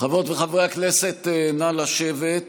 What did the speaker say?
חברות וחברי הכנסת, נא לשבת.